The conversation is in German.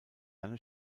seine